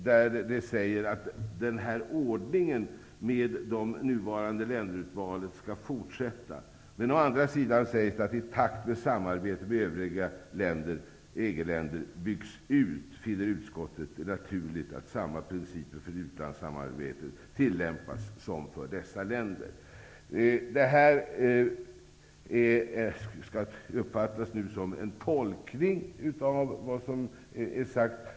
Det framgår att denna ordning med det nuvarande länderurvalet skall fortsätta. Å andra sidan framgår det, att i takt med att samarbetet med övriga EG-länder byggs ur, finner utskottet det naturligt att samma principer för utlandssamarbete tillämpas för dessa länder. Det här skall alltså uppfattas som en tolkning av vad som har sagts.